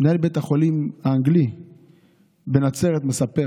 מנהל בית החולים האנגלי בנצרת, מספר.